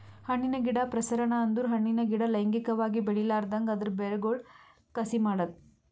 ಹಣ್ಣಿನ ಗಿಡ ಪ್ರಸರಣ ಅಂದುರ್ ಹಣ್ಣಿನ ಗಿಡ ಲೈಂಗಿಕವಾಗಿ ಬೆಳಿಲಾರ್ದಂಗ್ ಅದರ್ ಬೇರಗೊಳ್ ಕಸಿ ಮಾಡದ್